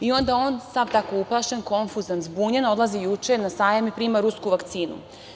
I onda on, sav tako uplašen, konfuzan, zbunjen, odlazi juče na Sajam i prima rusku vakcinu.